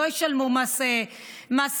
לא ישלמו מס מומחים.